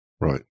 Right